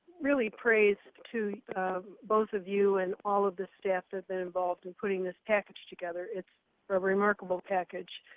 really prays to both of you and all of the staff that's been involved in putting this package together. it's a remarkable package.